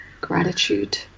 gratitude